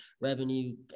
revenue